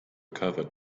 covered